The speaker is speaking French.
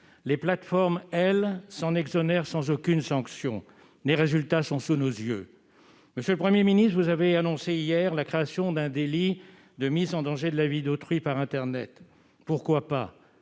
Les plateformes, quant à elles, s'en exonèrent sans aucune sanction. Les résultats sont sous nos yeux ! Monsieur le Premier ministre, vous avez annoncé hier la création d'un délit de mise en danger de la vie d'autrui par internet. Pourquoi pas !